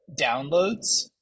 downloads